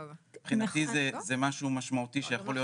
מבחינתי זה משהו משמעותי שיכול להיות,